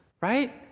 Right